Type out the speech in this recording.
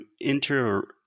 enter